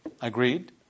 agreed